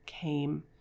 came